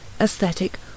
aesthetic